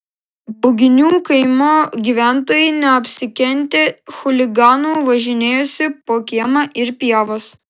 buginių kaimo gyventojai neapsikentė chuliganų važinėjosi po kiemą ir pievas